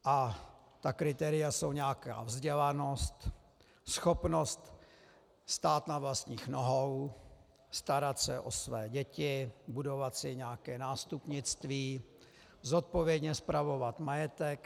A ta kritéria jsou vzdělanost, schopnost stát na vlastních nohou, starat se o své děti, budovat si nějaké nástupnictví, zodpovědně spravovat majetek.